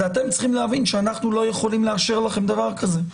זה אתם צריכים להבין שאנחנו לא יכולים לאשר לכם דבר כזה.